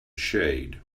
shade